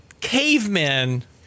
Cavemen